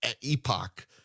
epoch